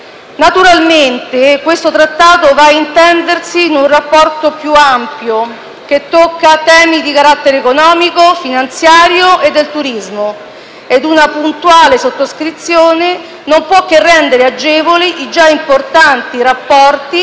Naturalmente questo Trattato va ad intendersi in un rapporto più ampio, che tocca temi di carattere economico, finanziario e del turismo e una puntuale sottoscrizione non può che rendere più agevoli i già importanti rapporti